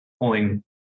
pulling